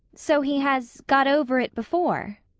so he has got over it before?